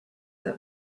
that